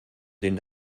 den